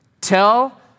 tell